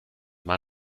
mal